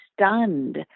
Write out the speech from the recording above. stunned